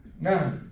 Now